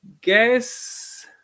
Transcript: guess